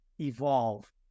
evolve